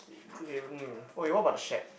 K okay mm okay what about the shack